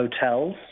hotels